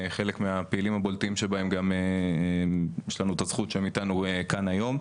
חלק מהפעילים הבולטים שלהם גם יש לנו את הזכות שהם איתנו כאן היום.